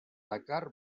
dakar